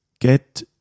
get